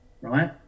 right